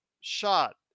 shot